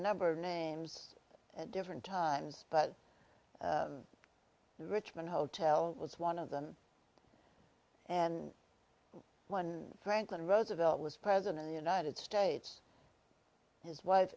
number of names at different times but richmond hotel was one of them and when franklin roosevelt was president of the united states his wife